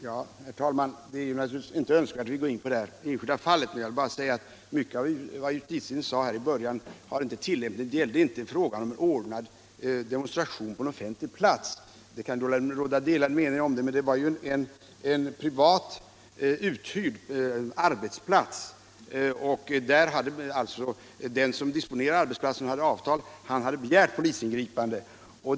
Herr talman! Det är naturligtvis inte önskvärt att här gå in på det enskilda fallet. Men mycket av vad justitieministern sade gällde ordnad demonstration på en offentlig plats. Det kanske kan råda delade meningar om detta är relevant. I detta fall var det fråga om en privat, uthyrd arbetsplats, och den som disponerade arbetsplatsen enligt avtal hade be gärt polisingripande.